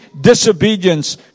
disobedience